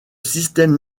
système